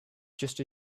just